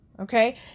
Okay